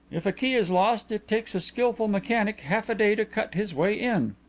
if a key is lost it takes a skilful mechanic half-a-day to cut his way in.